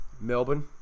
Melbourne